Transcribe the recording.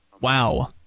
Wow